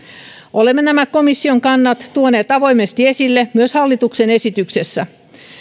olemme nämä komission kannat tuoneet avoimesti esille myös hallituksen esityksessä